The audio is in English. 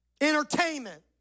entertainment